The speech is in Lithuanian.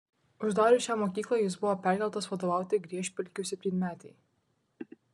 uždarius šią mokyklą jis buvo perkeltas vadovauti griežpelkių septynmetei